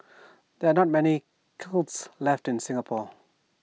there are not many kilns left in Singapore